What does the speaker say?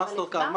מאסטרקארד,